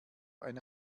ein